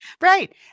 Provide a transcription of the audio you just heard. Right